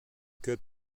cut